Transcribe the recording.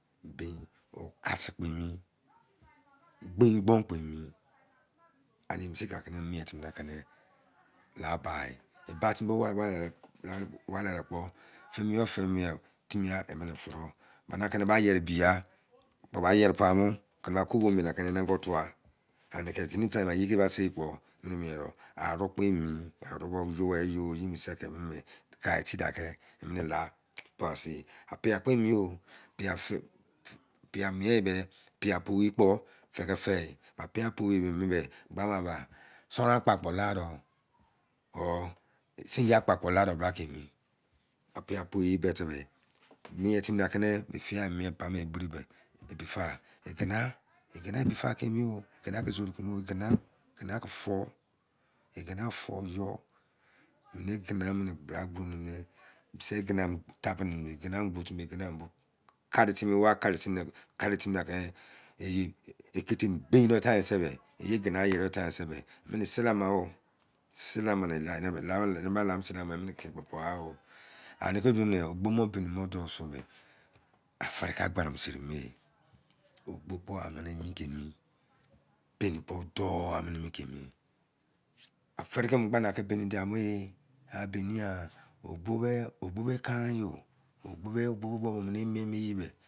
ka si kpo emi gbẹin gbo kpe mi anẹ mesẹ ọ nẹ miẹn timi nẹkẹnẹ la bain e ba timi ware ladẹ kpo fẹ mọ-yọu fẹmọ-yọu timi yan kẹ e mẹnẹ anẹ akẹrẹ ba yẹrẹ bi yai kpo ba yẹre paimọ anẹ okubo nẹ yere bọ ye tuwa sini ten ne iye ke ba sei kpo. Arẹ kpẹ ni, are were suweyọ ki si da ke mi yọ la. Opia kpọ emi opia fiyo miyọ bẹ opia powẹ kpo fẹkẹ fẹ mi opia pọwe mude sun-run akpa kpọ ladẹ or sin-dio akpa kpo ladẹ bra kẹ mi opia poye bọwutẹbẹ mien timi a kẹnẹ fiya miẹn paimo egberi mẹ ebi fa egina, egina ebi fakẹ emi yọ, egina foụ sọ me egina me bra ke mu nẹ mẹ sẹ egina mẹ, tabune, egina botimi egina bo karẹ timi wa karẹ timi ẹgina yere timi time sẹ, isele maọi isele maoi anẹkẹdọ nẹ ogbọ mo baini mo do sọ mẹ afẹrẹ kẹ bare mọ seri mọ ma ogbo pọ amẹnẹ emi ke emi baini kpọ dọu a mẹnẹ kẹ mi afẹrẹ ke gba na ke baini dia-ma a baini yan ogbo mẹ kainyọ ogbo me.